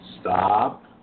stop